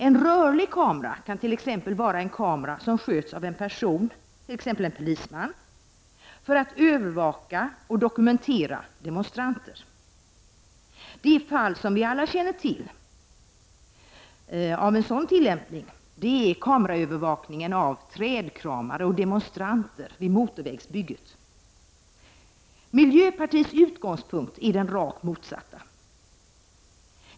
En rörlig kamera kan t.ex. vara en kamera som sköts av en person, t.ex. en polisman, för att övervaka och dokumentera demonstranter. Det fall som vi alla känner till av en sådan tillämpning är kameraövervakningen av trädkramare och demonstranter vid motorvägsbygget. Miljöpartiets utgångspunkt är den rakt motsatta.